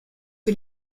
que